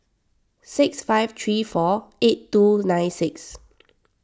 six five three four eight two nine six